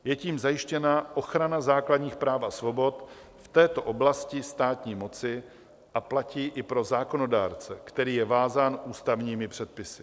Je tím zajištěna ochrana základních práv a svobod v této oblasti státní moci a platí i pro zákonodárce, který je vázán ústavními předpisy.